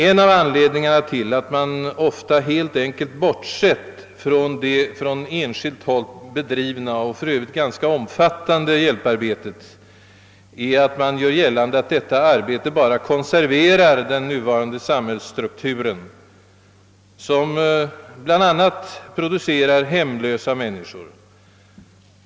En av anledningarna till att man ofta helt enkelt bortsett från det från enskilt håll bedrivna och för övrigt ganska omfattande hjälparbetet är att man gör gällande, att detta arbete bara konserverar den nuvarande samhällsstrukturen, som bl.a. producerar hemlösa människor.